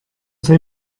say